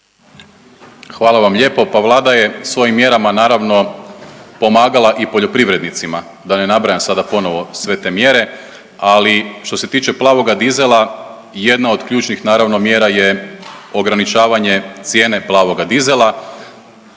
Hvala lijepo. Vlada je svojim mjerama naravno pomagala i poljoprivrednicima da ne nabrajam sada ponovo sve te mjere. Ali što se tiče plavoga dizela jedna od ključnih, naravno mjera je ograničavanje cijene plavoga dizela.